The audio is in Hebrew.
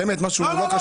תעצרו.